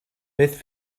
beth